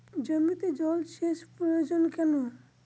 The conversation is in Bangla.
জমিতে জল সেচ প্রয়োজন কেন?